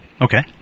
Okay